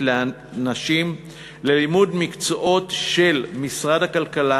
לאנשים ללימוד מקצועות של משרד הכלכלה,